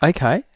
Okay